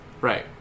Right